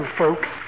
folks